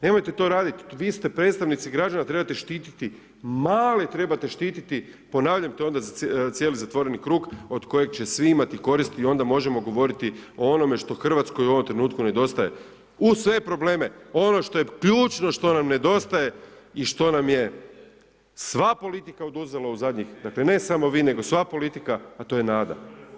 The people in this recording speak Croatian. Nemojte to radi, vi ste predstavnici građana, trebate štititi male, trebate štititi, ponavljam to je onda za cijeli zatvoreni krug od kojeg će svi imati koristi i onda možemo govoriti o onome što Hrvatskoj u ovome trenutku nedostaje uz sve probleme, ono što je ključno što nam nedostaje i što nam je sva politika oduzela u zadnjih, dakle ne samo vi, nego sva politika, a to je nada.